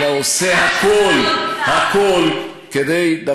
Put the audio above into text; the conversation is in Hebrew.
כי הממשלה שלך לא רוצה.